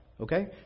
okay